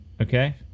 okay